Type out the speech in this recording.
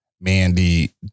Mandy